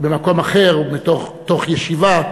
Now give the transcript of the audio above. במקום אחר, תוך ישיבה,